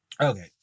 Okay